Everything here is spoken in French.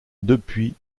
depuis